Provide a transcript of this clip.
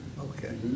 Okay